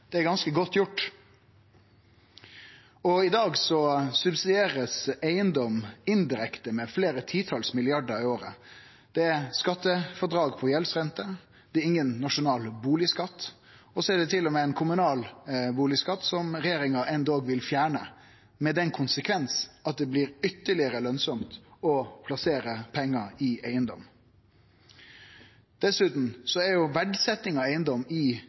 Det er ganske godt gjort. I dag blir eigedom subsidiert indirekte med fleire titals milliardar i året. Det er skattefrådrag på gjeldsrenter. Det er ingen nasjonal bustadskatt, og så har vi den kommunale bustadskatten, som regjeringa endatil vil fjerne, med den konsekvensen at det blir ytterlegare lønsamt å plassere pengar i eigedom. Dessutan er verdisetjinga av eigedom i